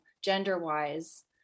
gender-wise